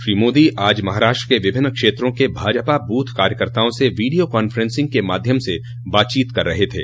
श्री मोदी आज महाराष्ट्र के विभिन्न क्षेत्रों के भाजपा बूथ कार्यकर्ताओं से वीडियो कांफेंसिंग के माध्यम से बातचीत कर रहे थे